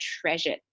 treasured